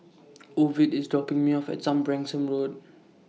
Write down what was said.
Ovid IS dropping Me off At Some Branksome Road